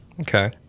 Okay